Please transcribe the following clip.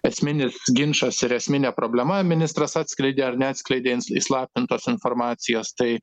esminis ginčas ir esminė problema ministras atskleidė ar neatskleidė įslaptintos informacijos tai